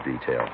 Detail